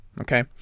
Okay